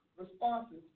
responses